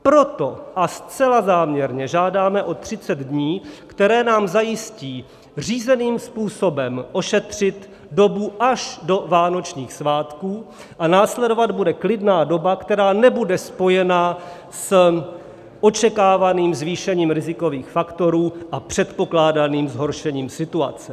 Proto, a zcela záměrně, žádáme o třicet dní, které nám zajistí řízeným způsobem ošetřit dobu až do vánočních svátků, a následovat bude klidná doba, která nebude spojena s očekávaným zvýšením rizikových faktorů a předpokládaným zhoršením situace.